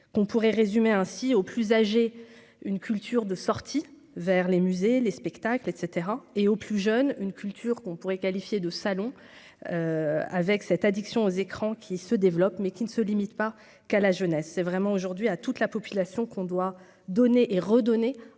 qu'on pourrait résumer ainsi aux plus âgés, une culture de sortie vers les musées, les spectacles et cetera et aux plus jeunes une culture qu'on pourrait qualifier de salon avec cette addiction aux écrans qui se développe mais qui ne se limite pas qu'à la jeunesse, c'est vraiment aujourd'hui à toute la population qu'on doit donner et redonner